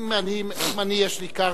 אם יש לי קרקע,